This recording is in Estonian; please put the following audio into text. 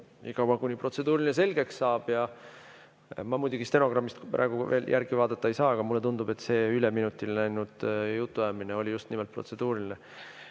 kuni protseduuriline selgeks saab. Ja ma muidugi stenogrammist praegu veel järgi vaadata ei saa, aga mulle tundub, et see üle minuti läinud jutuajamine oli just nimelt protseduuriline. Eduard